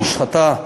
המשחטה,